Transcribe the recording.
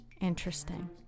Interesting